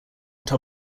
top